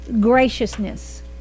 graciousness